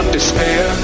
despair